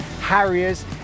Harriers